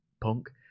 Punk